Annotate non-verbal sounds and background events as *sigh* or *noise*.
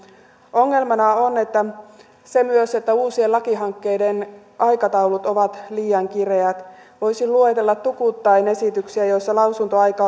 ongelmana on myös se että uusien lakihankkeiden aikataulut ovat liian kireät voisin luetella tukuittain esityksiä joissa lausuntoaika *unintelligible*